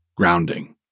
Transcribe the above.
Grounding